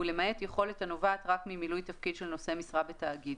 ולמעט יכולת הנובעת רק ממילוי תפקיד של נושא משרה בתאגיד,